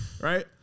right